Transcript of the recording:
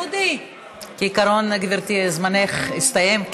כעיקרון, גברתי, זמנך הסתיים.